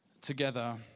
together